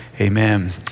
Amen